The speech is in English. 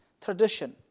tradition